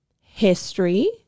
history